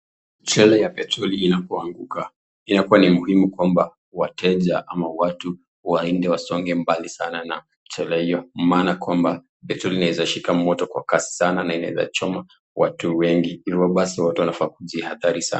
Trela ya petroli inapoanguka inakuwa ni muhimu kwamba wateja ama watu waende wasonge mbali sana na trela hiyo maana kwamba petroli inaweza shika moto kwa kasi sana na inaweza choma watu wengi. Hivyo watu wanafaa kujihadhari sana.